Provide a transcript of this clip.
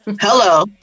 Hello